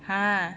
!huh!